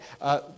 Right